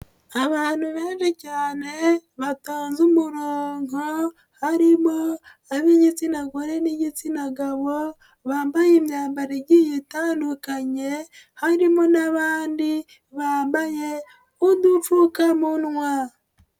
Abantu benshi cyane batonze umurongo, harimo ab'igitsina gore n'igitsina gabo, bambaye imyambaro igiye itandukanye, harimo n'abandi bambaye udupfukamunwa.